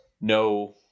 No